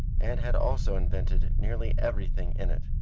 and had also invented nearly everything in it.